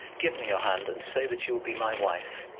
give me your hand, and say that you will be my wife.